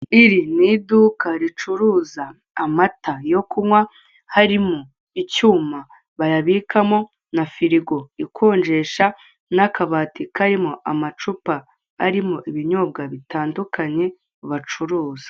Iri ni iduka ricuruza amata yo kunywa harimo icyuma bayabikamo na firigo ikonjesha n'akabati karimo amacupa arimo ibinyobwa bitandukanye bacuruz.